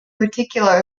particular